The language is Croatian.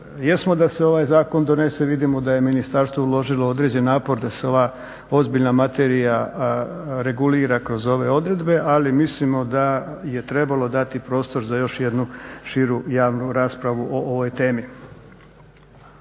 jesmo da se ovaj zakon donese, vidimo da je ministarstvo uložilo određen napor da se ova ozbiljna materija regulira kroz ove odredbe, ali mislimo da je trebalo dati prostor za još jednu širu javnu raspravu o ovoj temi.